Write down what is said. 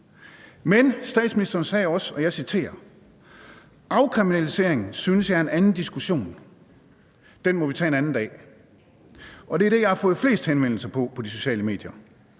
Men statsministeren sagde også, og jeg citerer: Afkriminalisering synes jeg er en anden diskussion, den må vi tage en anden dag. Det er det, jeg har fået flest henvendelser om på de sociale medier.